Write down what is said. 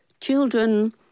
children